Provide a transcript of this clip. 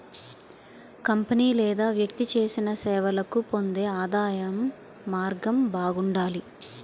company లేదా వ్యక్తి చేసిన సేవలకు పొందే ఆదాయం మార్గం బాగుండాలి